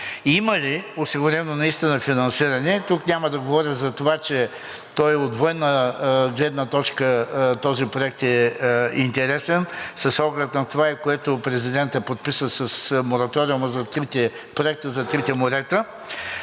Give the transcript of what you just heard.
има ли осигурено наистина финансиране? Тук няма да говорим за това, че от военна гледна точка този проект е интересен, с оглед на това, което президентът подписа – проектът за трите морета,